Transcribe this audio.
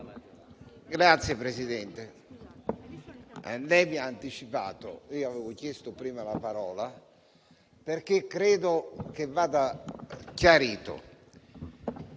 Signor Presidente, lei mi ha anticipato: io avevo chiesto prima la parola perché credo che il punto